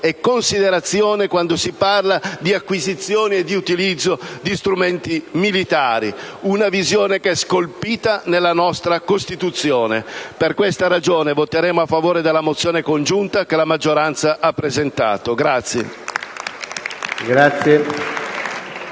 e considerazione quando si parla di acquisizione e di utilizzo di strumenti militari; una visione che è scolpita nella nostra Costituzione. Per questa ragione, voteremo a favore della mozione congiunta che la maggioranza ha presentato.